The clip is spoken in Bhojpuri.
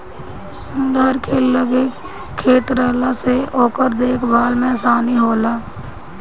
घर के लगे खेत रहला से ओकर देख भाल में आसानी होला